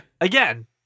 Again